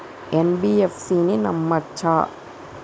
NBFC ని నమ్మచ్చా?